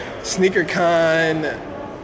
SneakerCon